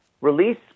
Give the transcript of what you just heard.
release